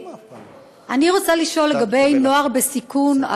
אני רוצה לשאול לגבי נוער בסיכון,